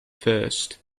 first